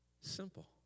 Simple